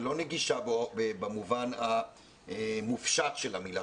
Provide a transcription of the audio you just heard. ולא נגישה במובן המופשט של המילה,